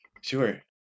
Sure